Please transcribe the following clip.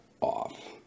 off